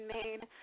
Maine